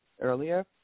earlier